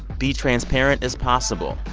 be transparent as possible.